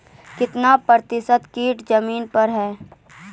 कितना प्रतिसत कीट जमीन पर हैं?